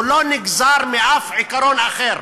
הוא לא נגזר מאף עיקרון אחר.